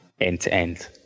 end-to-end